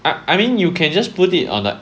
I I mean you can just put it on a